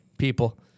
people